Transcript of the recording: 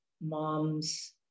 moms